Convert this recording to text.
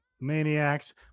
maniacs